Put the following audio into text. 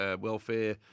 welfare